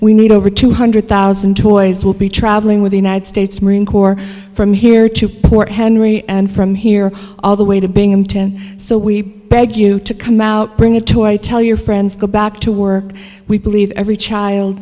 we need over two hundred thousand toys will be traveling with the united states marine corps from here to port henry and from here all the way to binghamton so we beg you to come out bring it to i tell your friends go back to work we believe every child